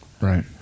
Right